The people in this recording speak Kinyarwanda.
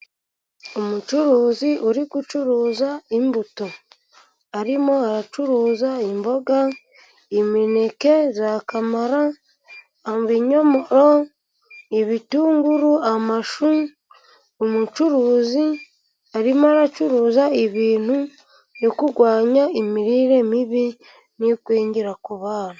Umucuruzi uri gucuruza imbuto, arimo aracuruza imboga, imineke ya kamara, ibinyomoro, ibitunguru, amashu, umucuruzi arimo aracuruza ibintu byo kurwanya imirire mibi, n'igwingira ku bana.